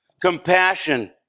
Compassion